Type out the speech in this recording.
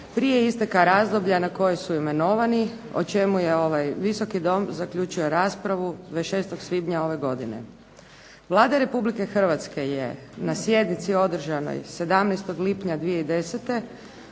prije isteka razdoblja na koji su imenovani, o čemu je ovaj Visoki dom zaključio raspravu 26. svibnja ove godine. Vlada Republike Hrvatske je na sjednici održanoj 17. lipnja 2010.